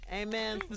Amen